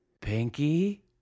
Pinky